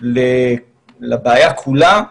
לבעיה כולה?